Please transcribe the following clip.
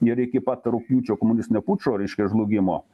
ir iki pat rugpjūčio komunistinio pučo reiškia žlugimo